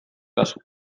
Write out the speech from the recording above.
kasu